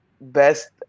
best